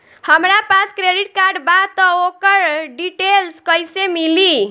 हमरा पास credit card बा त ओकर डिटेल्स कइसे मिली?